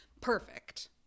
perfect